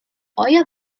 آیا